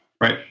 Right